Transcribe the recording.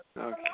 Okay